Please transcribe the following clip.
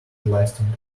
lasting